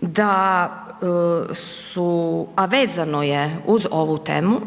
da su a vezano je uz ovu temu,